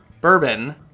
bourbon